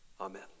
Amen